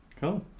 cool